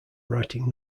writing